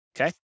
Okay